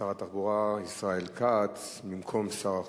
שר התחבורה ישראל כץ, במקום שר החוץ.